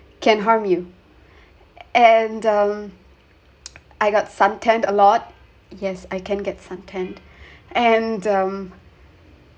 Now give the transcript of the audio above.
can harm you and um I got sun tanned a lot yes I can get sun tanned and um